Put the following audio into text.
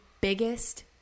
biggest